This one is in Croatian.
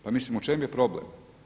Pa mislim u čemu je problem?